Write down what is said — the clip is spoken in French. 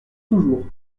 toujours